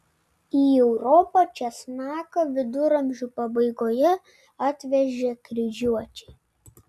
į europą česnaką viduramžių pabaigoje atvežė kryžiuočiai